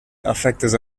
efectes